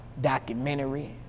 documentary